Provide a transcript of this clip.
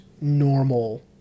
normal